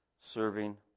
serving